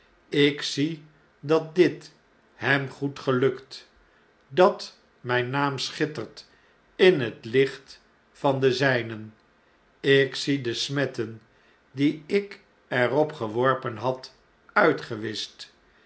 ik zie dat dit hem goed gelukt dat mh'n naam schittert in het licht van den zynen ik zie de smetten die ik er op geworpen had uitgewischt